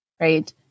right